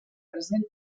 presenta